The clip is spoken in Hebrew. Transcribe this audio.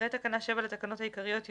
אחרי תקנה 7 לתקנות העיקריות יבוא: